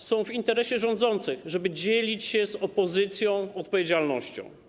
Jest w interesie rządzących to, żeby dzielić się z opozycją odpowiedzialnością.